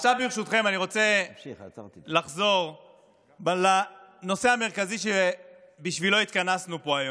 עכשיו ברשותכם אני רוצה לחזור לנושא המרכזי שבשבילו התכנסנו פה היום.